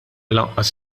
lanqas